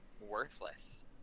worthless